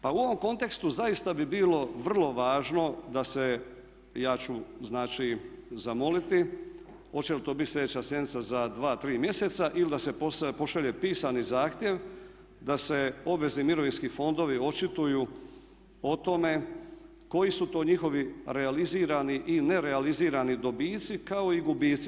Pa u ovom kontekstu zaista bi bilo vrlo važno da se, ja ću znači zamoliti oče li to biti slijedeća sjednica za dva, tri mjeseca ili da se pošalje pisani zahtjev da se obvezni mirovinski fondovi očituju o tome koji su to njihovi realizirani i nerealizirani dobici kao i gubici.